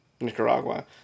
Nicaragua